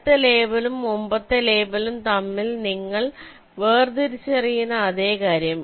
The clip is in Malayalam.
അടുത്ത ലേബലും മുമ്പത്തെ ലേബലും തമ്മിൽ നിങ്ങൾ വേർതിരിച്ചറിയുന്ന അതേ കാര്യം